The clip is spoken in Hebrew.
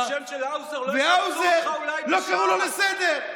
ואת האוזר לא קראו לסדר.